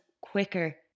quicker